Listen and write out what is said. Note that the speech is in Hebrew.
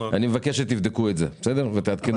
אני מבקש שתבדקו ותעדכנו.